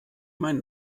mein